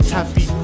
Happy